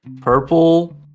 purple